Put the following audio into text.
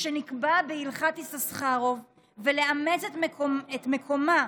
שנקבע בהלכת יששכרוב ולאמץ במקומה